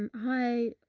um hi,